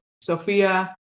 Sofia